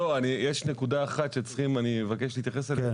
יש נקודה אחת שאני מבקש להתייחס עליה,